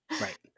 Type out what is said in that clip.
Right